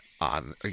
on